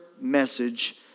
message